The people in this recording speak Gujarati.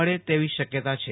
મળે તેવી શક્યતા છે